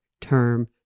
term